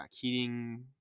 heating